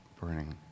burning